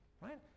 right